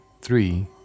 three